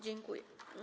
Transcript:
Dziękuję.